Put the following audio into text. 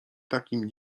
takim